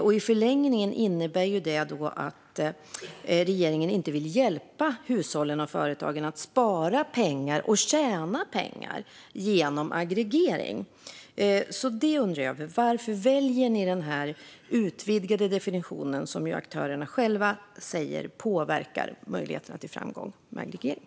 I förlängningen innebär det att regeringen inte vill hjälpa hushållen och företagen att spara pengar och tjäna pengar genom aggregering. Jag undrar: Varför väljer ni den utvidgade definitionen, som ju aktörerna själva säger påverkar möjligheterna till framgång med aggregering?